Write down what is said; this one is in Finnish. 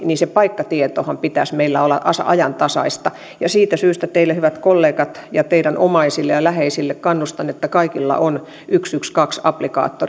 niin sen paikkatiedonhan pitäisi meillä olla ajantasaista ja siitä syystä hyvät kollegat kannustan että teillä ja teidän omaisillanne ja läheisillänne ja kaikilla on yksi yksi kaksi applikaatio